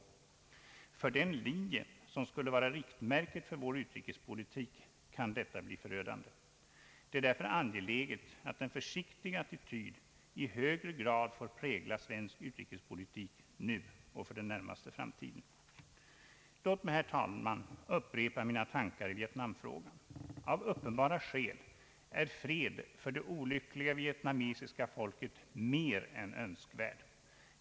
För den linje som skulle vara riktmärket för vår utrikespolitik kan detta bli förödande. Det är därför angeläget att en försiktig attityd i högre srad får prägla svensk utrikespolitik nu och för den närmaste framtiden. Låt mig, herr talman, upprepa mina tankar i vietnamfrågan. Av uppenbara skäl är fred för det olyckliga vietnamesiska folket mer än önskvärd.